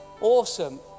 Awesome